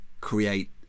create